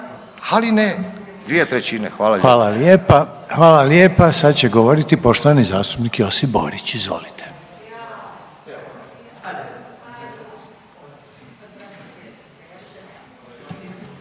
Ali ne, dvije trećine. Hvala lijepa. **Reiner, Željko (HDZ)** Hvala lijepa. Sad će govoriti poštovani zastupnik Josip Borić. Izvolite.